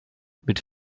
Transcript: mit